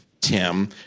Tim